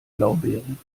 blaubeeren